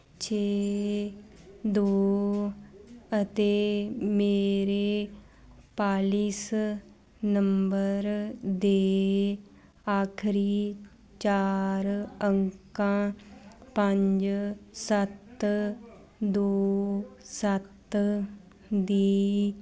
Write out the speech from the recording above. ਛੇ ਦੋ ਅਤੇ ਮੇਰੇ ਪਾਲੀਸ ਨੰਬਰ ਦੇ ਆਖਰੀ ਚਾਰ ਅੰਕਾਂ ਪੰਜ ਸੱਤ ਦੋ ਸੱਤ ਦੀ